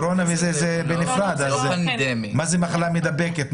מה זה מחלה מדבקת?